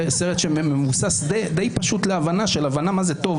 סרט די פשוט להבנה של מה זה טוב,